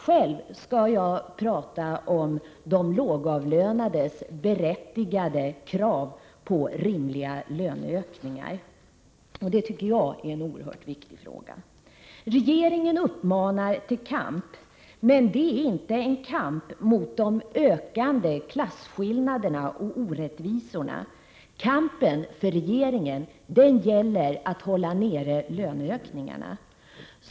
Själv skall jag tala om de lågavlönades berättigade krav på rimliga löneökningar. Jag tycker att det är en oerhört viktig fråga. Regeringen uppmanar till kamp. Det är emellertid inte en kamp mot de ökande klasskillnaderna och orättvisorna. Kampen för regeringen gäller att hålla löneökningarna nere.